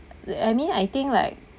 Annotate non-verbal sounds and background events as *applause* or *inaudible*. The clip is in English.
*noise* I mean I think like